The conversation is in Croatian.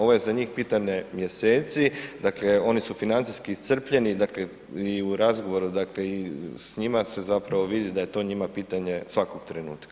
Ovo je za njih pitanje mjeseci dakle oni su financijski iscrpljeni, dakle i u razgovoru dakle i s njima se zapravo vidi da je to njima pitanje svakog trenutka.